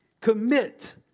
commit